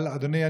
אבל אדוני,